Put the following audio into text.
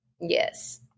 yes